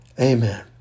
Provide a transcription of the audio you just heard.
Amen